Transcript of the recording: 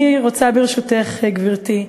אני רוצה, ברשותך, גברתי,